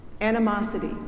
Animosity